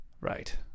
Right